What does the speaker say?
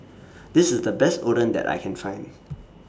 This IS The Best Oden that I Can Find